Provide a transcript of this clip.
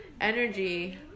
energy